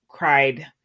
cried